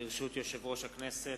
ברשות יושב-ראש הכנסת,